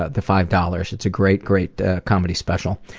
ah the five dollars. it's a great, great comedy special.